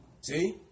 See